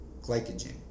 glycogen